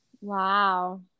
Wow